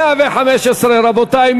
רבותי,